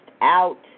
out